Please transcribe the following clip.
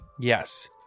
yes